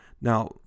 Now